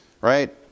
right